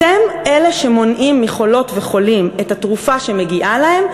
אתם אלה שמונעים מחולות וחולים את התרופה שמגיעה להם,